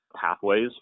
pathways